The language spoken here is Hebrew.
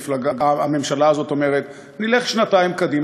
הממשלה הזאת אומרת: נלך שנתיים קדימה.